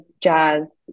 Jazz